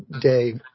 day